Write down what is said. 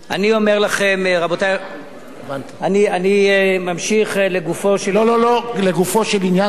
אני אומר לכם, אני ממשיך לגופו של עניין.